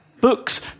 books